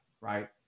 right